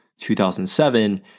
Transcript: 2007